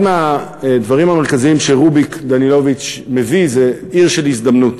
אחד הדברים המרכזיים שרוביק דנילוביץ מביא: עיר של הזדמנות,